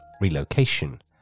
relocation